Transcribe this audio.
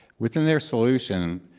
within their solution,